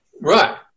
right